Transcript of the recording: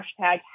hashtag